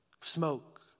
smoke